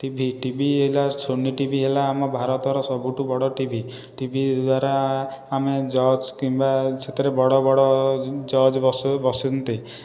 TV TV ହେଲା Sony TV ହେଲା ଆମ ଭାରତର ସବୁଠାରୁ ବଡ଼ ଟିଭି ଟିଭି ଦ୍ଵାରା ଆମେ ଜଜ୍ କିମ୍ବା ସେଥିରେ ବଡ଼ ବଡ଼ ଜଜ୍ ବସନ୍ତି